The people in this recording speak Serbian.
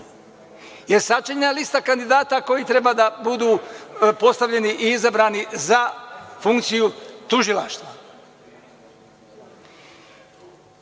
je sačinjena lista kandidata koji treba da budu postavljeni i izabrani za funkciju tužilaštva? Donedavni